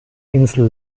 insel